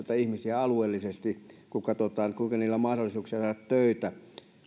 ihmisiä alueellisesti kun katsotaan kuinka heillä on mahdollisuuksia saada töitä